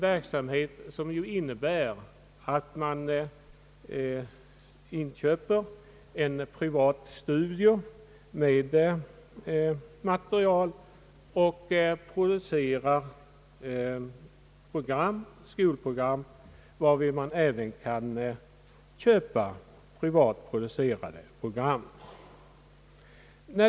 Verksamheten innebär att man inköper en privat studio med material och där producerar skolprogram, varvid man även kan köpa privat producerade program.